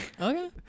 Okay